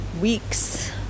weeks